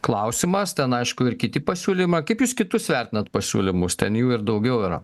klausimas ten aišku ir kiti pasiūlymai kaip jūs kitus vertinant pasiūlymus ten jų ir daugiau yra